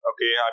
Okay